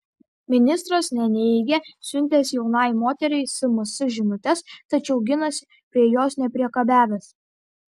ministras neneigia siuntęs jaunai moteriai sms žinutes tačiau ginasi prie jos nepriekabiavęs